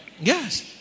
yes